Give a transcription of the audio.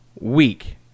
week